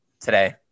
today